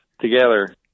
together